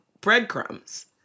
breadcrumbs